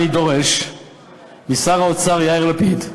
אני דורש משר האוצר יאיר לפיד,